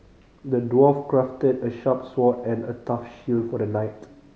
the dwarf crafted a sharp sword and a tough shield for the knight